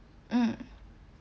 mm